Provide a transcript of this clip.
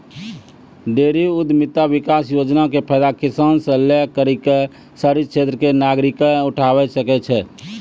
dairy उद्यमिता विकास योजना के फायदा किसान से लै करि क शहरी क्षेत्र के नागरिकें उठावै सकै छै